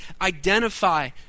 identify